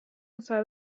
inside